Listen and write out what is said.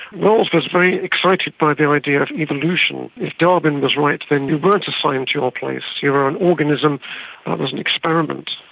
wells was very excited by the idea of evolution. if darwin was right then you weren't assigned to your place, you were an organism that was an experiment,